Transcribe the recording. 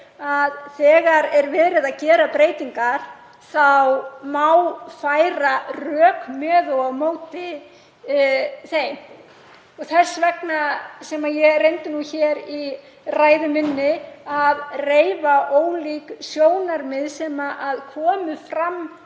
að þegar verið er að gera breytingar má færa rök með og á móti þeim. Þess vegna reyndi ég í ræðu minni að reifa ólík sjónarmið sem komu fram